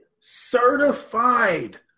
certified –